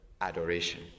adoration